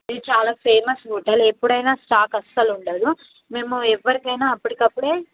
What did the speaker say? ఇది చాలా famous hotel ఎప్పుడైన స్టాక్ అసలు ఉండదు మేము ఎవరికైనా అప్పటికప్పుడు